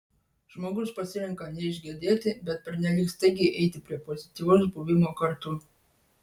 žmogus pasirenka neišgedėti bet pernelyg staigiai eiti prie pozityvaus buvimo kartu